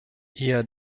eher